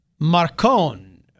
Marcon